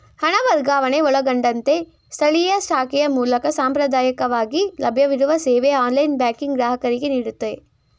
ಹಣ ವರ್ಗಾವಣೆ ಒಳಗೊಂಡಂತೆ ಸ್ಥಳೀಯ ಶಾಖೆಯ ಮೂಲಕ ಸಾಂಪ್ರದಾಯಕವಾಗಿ ಲಭ್ಯವಿರುವ ಸೇವೆ ಆನ್ಲೈನ್ ಬ್ಯಾಂಕಿಂಗ್ ಗ್ರಾಹಕರಿಗೆನೀಡುತ್ತೆ